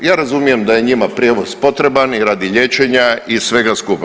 Ja razumijem da je njima prijevoz potreban i radi liječenja i svega skupa.